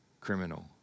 criminal